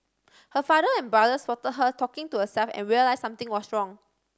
her father and brother spot her talking to herself and realise something was wrong